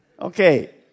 Okay